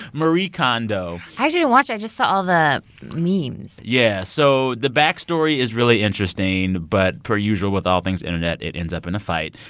marie kondo i didn't watch. i just saw all the memes yeah. so the backstory is really interesting. but per usual with all things internet, it ends up in a fight.